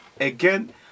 again